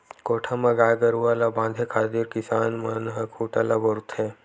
कोठा म गाय गरुवा ल बांधे खातिर किसान मन ह खूटा ल बउरथे